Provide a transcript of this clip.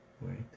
Wait